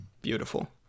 beautiful